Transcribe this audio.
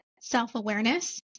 self-awareness